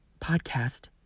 podcast